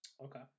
okay